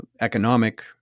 economic